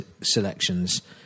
selections